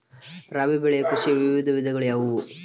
ರಾಬಿ ಬೆಳೆ ಕೃಷಿಯ ವಿವಿಧ ವಿಧಗಳು ಯಾವುವು?